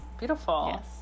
beautiful